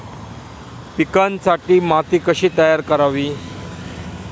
पिकांसाठी माती कशी तयार करावी?